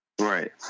right